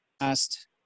asked